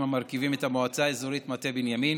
המרכיבים את המועצה האזורית מטה בנימין.